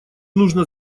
нужно